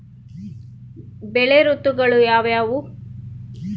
ಬೆಳೆ ಋತುಗಳು ಯಾವ್ಯಾವು?